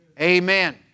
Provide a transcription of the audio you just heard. Amen